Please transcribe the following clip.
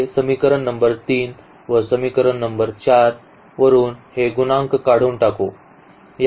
हे समीकरण नंबर 3 व समीकरण नंबर 4 वरून हे गुणांक काढून टाकू